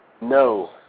No